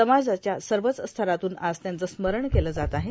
समाजाच्या सर्वच स्तरातून आज त्यांच स्मरण केलं जात आहे